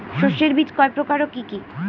শস্যের বীজ কয় প্রকার ও কি কি?